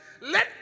Let